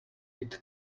read